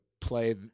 play